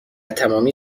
تمامی